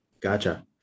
gotcha